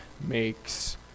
makes